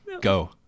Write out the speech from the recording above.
Go